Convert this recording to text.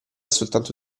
soltanto